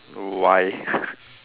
why